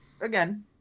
Again